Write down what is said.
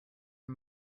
our